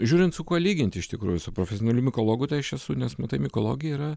žiūrint su kuo lyginti iš tikrųjų su profesionaliu mikologu tai aš esu nes matai mikologija yra